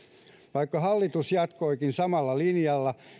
vaikka hallitus jatkoikin samalla linjalla